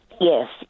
Yes